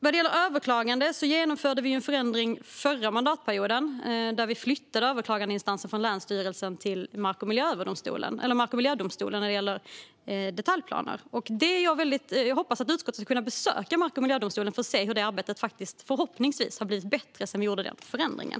Vad gäller överklagande genomförde vi en förändring förra mandatperioden, då vi flyttade överklagandeinstansen från länsstyrelserna till Mark och miljööverdomstolen när det gäller detaljplaner. Jag hoppas att utskottet ska kunna besöka Mark och miljööverdomstolen för att se hur det arbetet går. Förhoppningsvis har det blivit bättre sedan vi gjorde förändringen.